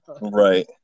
Right